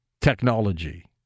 technology